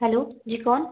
hello जी कौन